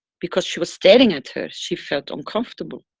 because she was staring at her, she felt uncomfortable.